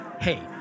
Hey